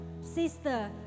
Sister